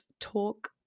talk